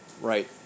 Right